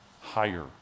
higher